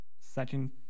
second